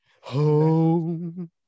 home